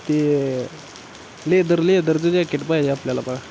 ते लेदर लेदरचं जॅकेट पाहिचे आपल्याला बा